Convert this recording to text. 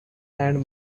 and